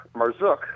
Marzuk